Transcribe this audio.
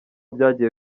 byagiye